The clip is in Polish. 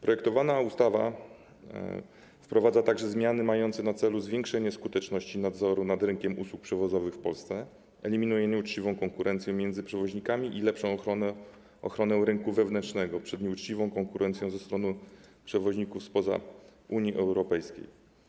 Projektowana ustawa wprowadza także zmiany mające na celu zwiększenie skuteczności nadzoru nad rynkiem usług przewozowych w Polsce, eliminację nieuczciwej konkurencji między przewoźnikami i lepszą ochronę rynku wewnętrznego przed nieuczciwą konkurencją ze strony przewoźników spoza Unii Europejskiej.